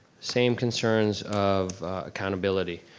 same concerns of accountability,